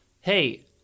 hey